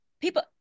people